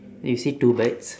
you see two birds